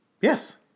Yes